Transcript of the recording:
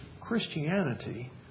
Christianity